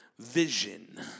vision